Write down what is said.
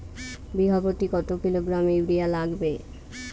বিঘাপ্রতি কত kilogram urea লাগবে?